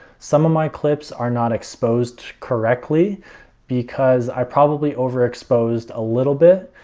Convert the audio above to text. some of my clips are not exposed correctly because i probably overexposed a little bit,